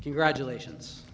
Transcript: congratulations